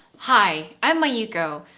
hi, i'm mayuko,